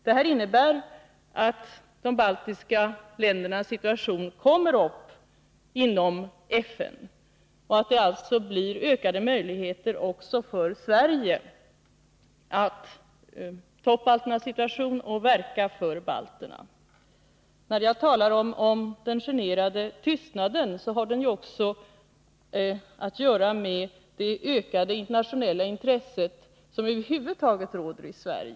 Det innebär att frågan om de baltiska ländernas situation kommer att tas upp i FN. Därigenom får också Sverige bättre möjligheter att ta upp frågan om balternas situation och att verka för balterna. Den generande tystnad som jag talar om har också att göra med det ökade intresse för internationella frågor som över huvud taget råder i Sverige.